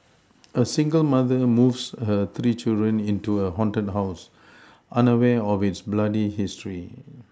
a single mother moves her three children into a haunted house unaware of its bloody history